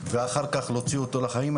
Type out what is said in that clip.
ואחר כך להוציא אותו לחיים,